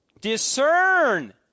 Discern